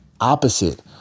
opposite